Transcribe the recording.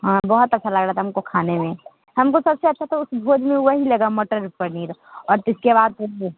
हाँ बहुत अच्छा लग रहा था हमको खाने में हमको सबसे अच्छा तो उस भोज में वही लगा मटर पनीर और इसके बाद फिर